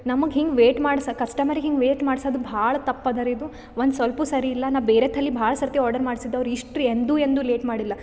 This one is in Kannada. ನಮಗೆ ಹಿಂಗೆ ವೆಯ್ಟ್ ಮಾಡ್ಸೋಕ ಕಸ್ಟಮರಿಗೆ ಹಿಂಗೆ ವೆಯ್ಟ್ ಮಾಡ್ಸೋದ್ ಭಾಳ ತಪ್ಪು ಅದರಿ ಇದು ಒಂದು ಸ್ವಲ್ಪು ಸರಿ ಇಲ್ಲ ನಾ ಬೆರೆತಲಿ ಭಾಳ ಸತಿ ಆರ್ಡರ್ ಮಾಡ್ಸಿದ್ದು ಅವ್ರು ಇಷ್ಟುರಿ ಎಂದು ಎಂದು ಲೇಟ್ ಮಾಡಿಲ್ಲ